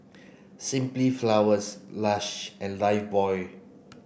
Simply Flowers Lush and Lifebuoy